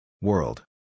World